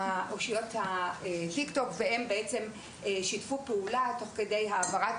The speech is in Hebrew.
אושיות הטיקטוק שיתפו פעולה תוך כדי העברת